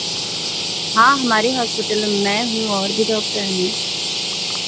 हाँ हमारे हॉस्पिटल में मैं हूँ औ भी डॉक्टर हैं